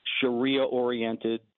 Sharia-oriented